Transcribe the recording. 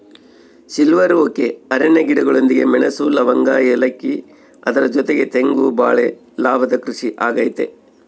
silver oak ಅರಣ್ಯ ಗಿಡಗಳೊಂದಿಗೆ ಮೆಣಸು, ಲವಂಗ, ಏಲಕ್ಕಿ ಅದರ ಜೊತೆಗೆ ತೆಂಗು ಬಾಳೆ ಲಾಭದ ಕೃಷಿ ಆಗೈತೆ